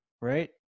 right